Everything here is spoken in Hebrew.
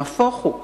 נהפוך הוא,